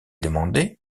demandé